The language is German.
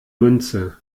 münze